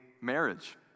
marriage